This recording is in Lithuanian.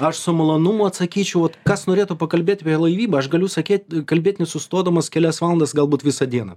aš su malonumu atsakyčiau vot kas norėtų pakalbėti laivyba aš galiu sakyt kalbėt nesustodamas kelias valandas galbūt visą dieną